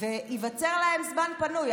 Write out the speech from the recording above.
וייווצר להם זמן פנוי.